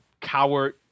coward